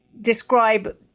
describe